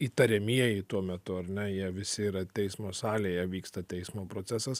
įtariamieji tuo metu ar ne jie visi yra teismo salėje vyksta teismo procesas